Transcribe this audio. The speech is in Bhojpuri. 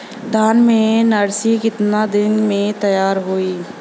धान के नर्सरी कितना दिन में तैयार होई?